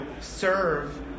serve